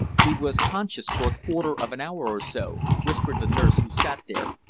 he was conscious for a quarter of an hour or so, whispered the nurse who sat there,